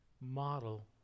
model